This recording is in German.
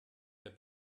wer